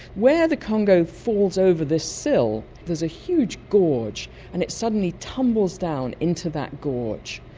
where the congo falls over this sill there's a huge gorge and it suddenly tumbles down into that gorge.